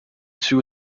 two